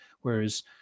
whereas